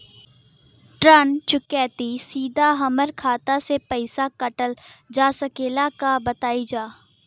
ऋण चुकौती सीधा हमार खाता से पैसा कटल जा सकेला का बताई जा?